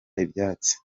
ibyatsi